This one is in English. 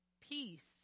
peace